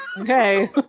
Okay